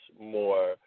more